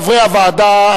חברי הוועדה,